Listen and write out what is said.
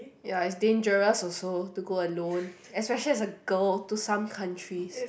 ya it's dangerous also to go alone especially as a girl to some countries